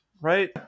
right